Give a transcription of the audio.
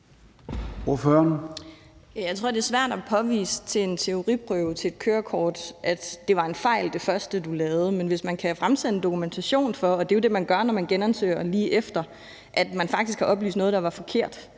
Jeg tror, det ved en teoriprøve til et kørekort er svært at påvise, at det første, man lavede, var en fejl, men hvis man kan fremsende dokumentation for – og det er jo det, man gør, når man genansøger lige efter – at man faktisk har oplyst noget, der var forkert,